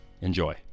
Enjoy